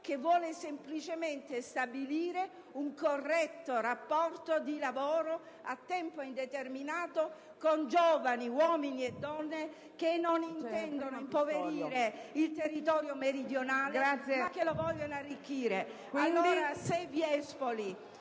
che vuole semplicemente stabilire un corretto rapporto di lavoro a tempo indeterminato con giovani, uomini e donne, che non intendono impoverire il territorio meridionale, ma lo vogliono arricchire.